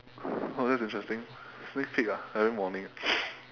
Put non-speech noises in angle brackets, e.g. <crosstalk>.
oh that's interesting sneak peek ah every morning <noise>